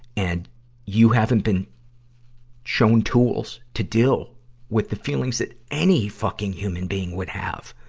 and you haven't been shown tools to deal with the feelings that any fucking human being would have.